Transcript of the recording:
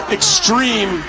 extreme